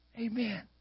Amen